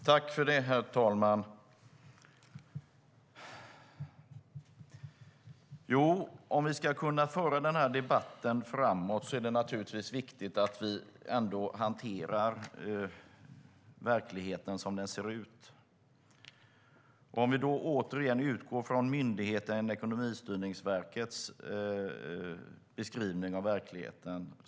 Herr talman! Om vi ska kunna föra den här debatten framåt är det naturligtvis viktigt att vi hanterar verkligheten som den ser ut. Vi kan återigen utgå från myndigheten Ekonomistyrningsverkets beskrivning av verkligheten.